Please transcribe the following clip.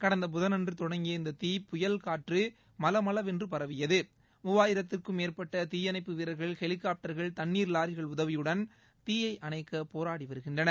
கடந்த புதனன்று தொடங்கிய இந்த தீ புயல்காற்று மளமளவென்று பரவியது மூவாயிரத்திற்கும் மேற்பட்ட தீயணைப்பு வீரர்கள் ஹெலிகாப்டர்கள் தண்ணீர் வாரிகள் உதவியுடன் தீயை அணைக்க போராடி வருகிறார்கள்